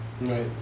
Right